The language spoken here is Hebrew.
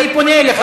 אני פונה אליך,